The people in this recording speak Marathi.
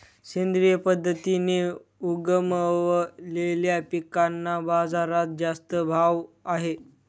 सेंद्रिय पद्धतीने उगवलेल्या पिकांना बाजारात जास्त भाव आहे